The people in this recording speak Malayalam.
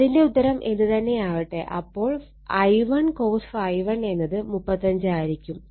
അതിന്റെ ഉത്തരം എന്ത് തന്നെയാവട്ടെ അപ്പോൾ I1 cos ∅1 എന്നത് 35 ആയിരിക്കും